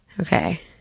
okay